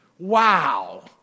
Wow